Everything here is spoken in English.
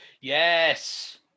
Yes